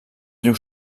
riu